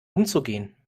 umzugehen